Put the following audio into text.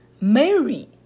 Mary